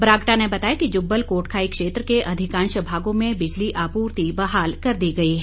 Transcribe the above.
बरागटा ने बताया कि जुब्बल कोटखाई क्षेत्र के अधिकांश भागों में बिजली आपूर्ति बहाल कर दी गई है